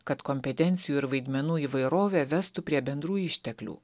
kad kompetencijų ir vaidmenų įvairovė vestų prie bendrų išteklių